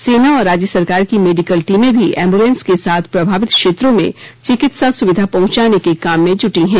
सेना और राज्य सरकार की मेडिकल टीमें भी एम्बुलेंस के साथ प्रभावित क्षेत्रों में चिकित्सा सुविधा पहुंचाने के काम में जुटी हैं